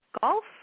golf